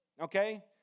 Okay